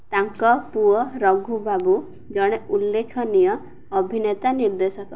ତାଙ୍କ ପୁଅ ରଘୁ ବାବୁ ଜଣେ ଉଲ୍ଲେଖନୀୟ ଅଭିନେତା ନିର୍ଦ୍ଦେଶକ